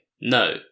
No